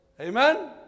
Amen